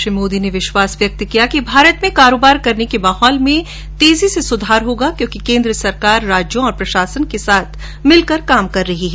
श्री मोदी ने विश्वास व्यक्त किया कि भारत में कारोबार करने के माहौल में और तेजी से सुधार होगा क्योंकि केन्द्र सरकार राज्यों और प्रशासन के साथ मिलकर काम कर रही है